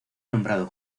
nombrado